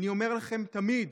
אני אומר לכם תמיד,